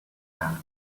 had